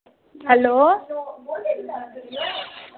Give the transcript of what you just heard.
hello